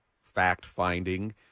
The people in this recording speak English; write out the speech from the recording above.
fact-finding